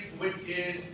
wicked